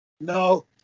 No